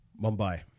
Mumbai